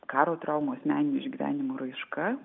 karo traumų asmeninių išgyvenimų raiška